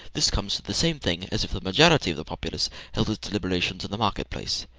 this comes to the same thing as if the majority of the populace held its deliberations in the market-place.